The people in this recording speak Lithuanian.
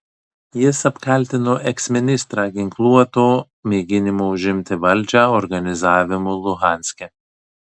jis apkaltino eksministrą ginkluoto mėginimo užimti valdžią organizavimu luhanske